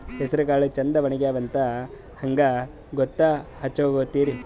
ಹೆಸರಕಾಳು ಛಂದ ಒಣಗ್ಯಾವಂತ ಹಂಗ ಗೂತ್ತ ಹಚಗೊತಿರಿ?